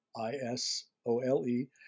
I-S-O-L-E